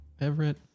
Everett